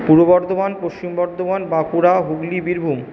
Purba Bardhaman Paschim Bardhaman Bankura Hooghly Birbhum